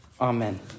Amen